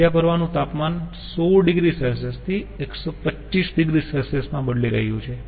બીજા પ્રવાહનું તાપમાન 100 oC થી 125 oC માં બદલી રહ્યું છે